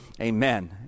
Amen